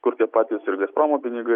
kur tie patys ir gazpromo pinigai